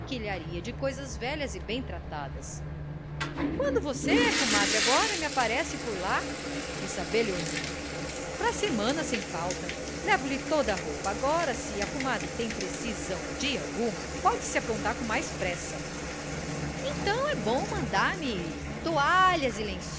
quinquilharia de coisas velhas e bem tratadas quando você comadre agora me aparece por lá quis saber léonie pra semana sem falta levo lhe toda a roupa agora se a comadre tem precisão de alguma pode-se aprontar com mais pressa então é bom mandar-me